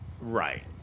Right